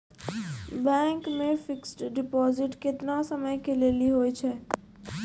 Bank मे fixed deposit केतना समय के लेली होय छै?